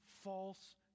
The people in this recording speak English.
false